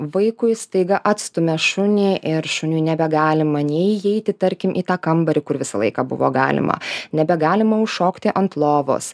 vaikui staiga atstumia šunį ir šuniui nebegalima nei įeiti tarkim į tą kambarį kur visą laiką buvo galima nebegalima užšokti ant lovos